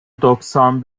doksan